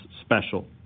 special